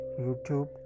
YouTube